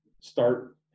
start